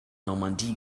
normandie